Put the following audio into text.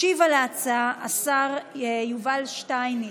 ישיב על ההצעה השר יובל שטייניץ.